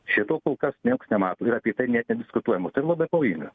šito kol kas nieks nemato ir apie tai net nediskutuojama tai labai pavojinga